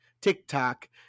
TikTok